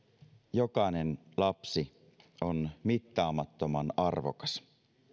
jokainen lapsi on mittaamattoman arvokas